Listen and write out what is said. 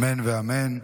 אמן ואמן.